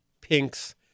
pinks